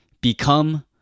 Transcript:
Become